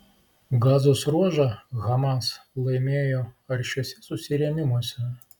gazos ruožą hamas laimėjo aršiuose susirėmimuose